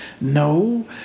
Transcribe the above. No